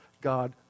God